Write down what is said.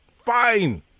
fine